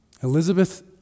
Elizabeth